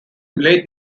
late